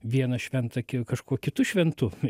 vieną šventą kažkuo kitu šventu